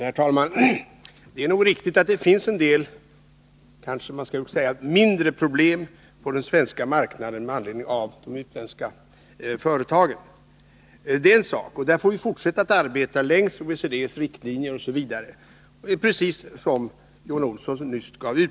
Herr talman! Det är nog riktigt att det finns en del, kanske man skall säga mindre, problem på den svenska marknaden med anledning av de utländska företagen. Det är en sak. Här får vi fortsätta att arbeta efter OECD:s riktlinjer, precis som Johan Olsson nyss sade.